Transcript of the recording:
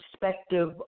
perspective